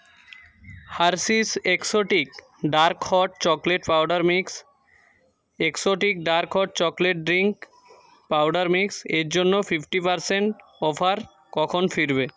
Hershey's exotic dark hot chocolate powder mix exotic dark hot chocolate drink powder mix এর জন্য fifty percent offer কখন ফিরবে